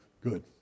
Good